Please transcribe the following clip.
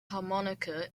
harmonica